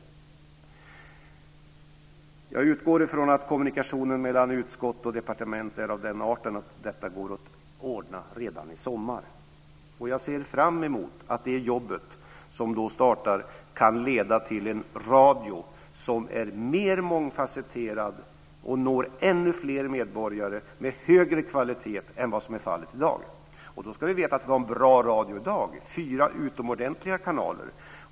Jag utgår från att kommunikationen mellan utskott och departement är av den arten att detta går att ordna redan i sommar. Jag ser fram emot att det jobb som då startar kan leda till en radio som är mer mångfasetterad och når ännu fler medborgare med högre kvalitet än vad som är fallet i dag. Då ska vi veta att vi har en bra radio i dag. Fyra utomordentliga kanaler.